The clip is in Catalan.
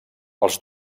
els